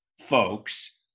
folks